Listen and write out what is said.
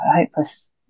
hopeless